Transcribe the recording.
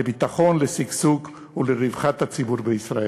לביטחון, לשגשוג ולרווחת הציבור בישראל.